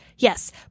Yes